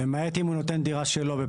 למעט אם הוא נותן דירה שלו.